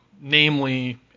namely